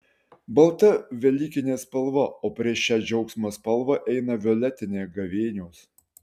balta velykinė spalva o prieš šią džiaugsmo spalvą eina violetinė gavėnios